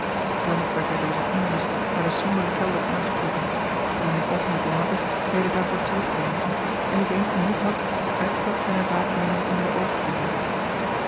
thans werd hij door zijne onrust naar den somberen kelder aangetrokken terwijl hij een oogenblik later weder daarvoor terug deinsde en niet eens den moed had den uitslag zijner wraakneming onder de oogen te zien